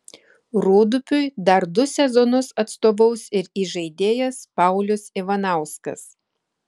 rūdupiui dar du sezonus atstovaus ir įžaidėjas paulius ivanauskas